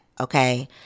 okay